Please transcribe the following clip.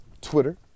Twitter